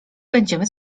będziemy